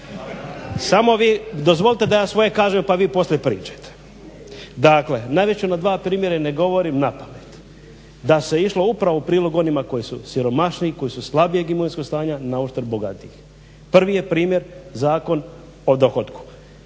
Samo vi, dozvolite da ja svoje kažem pa vi poslije pričajte. Dakle navest ću vam dva primjera, ne govorim napamet. Da se išlo upravo u prilog onima koji su siromašniji, koji su slabijeg imovinskog stanja na oštar bogatijih. Prvi je primjer Zakon o dohotku.